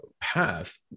path